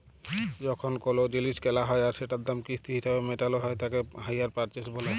যখন কোলো জিলিস কেলা হ্যয় আর সেটার দাম কিস্তি হিসেবে মেটালো হ্য়য় তাকে হাইয়ার পারচেস বলে